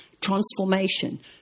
transformation